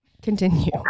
Continue